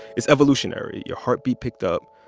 it's evolutionary. your heartbeat picked up.